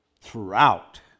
throughout